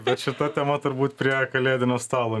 bet šita tema turbūt prie kalėdinio stalo